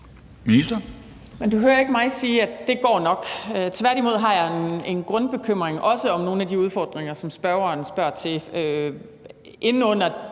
minister